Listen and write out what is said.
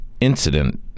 incident